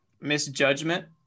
misjudgment